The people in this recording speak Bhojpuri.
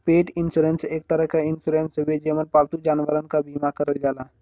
पेट इन्शुरन्स एक तरे क इन्शुरन्स हउवे जेमन पालतू जानवरन क बीमा करल जाला